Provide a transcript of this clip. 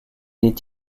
est